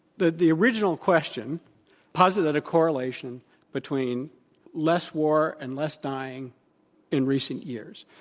the the original question posited a correlation between less war and less dying in recent years.